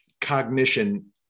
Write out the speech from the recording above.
Cognition